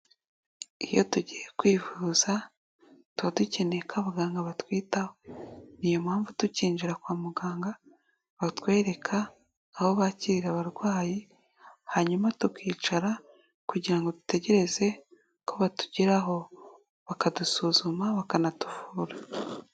Iyo tugiye kwivuza, tuba dukeneye ko abaganga batwitaho, ni iyo mpamvu tukinjira kwa muganga batwereka aho bakira abarwayi, hanyuma tukicara kugira ngo dutegereze ko batugeraho, bakadusuzuma bakanatuvura.